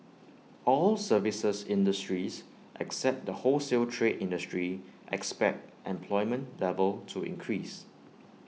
all services industries except the wholesale trade industry expect employment level to increase